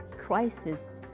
Crisis